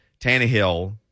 Tannehill